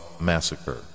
Massacre